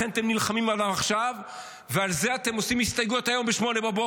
לכן אתם נלחמים עליו עכשיו ועל זה אתם עושים הסתייגויות היום ב-08:00.